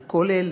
על כל אלה,